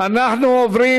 אנחנו עוברים